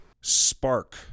spark